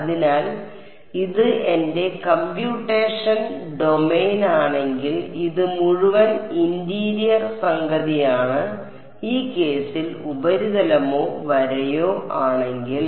അതിനാൽ ഇത് എന്റെ കംപ്യൂട്ടേഷണൽ ഡൊമെയ്നാണെങ്കിൽ ഇത് മുഴുവൻ ഇന്റീരിയർ സംഗതിയാണ് ഈ കേസിൽ ഉപരിതലമോ വരയോ ആണെങ്കിൽ